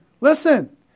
Listen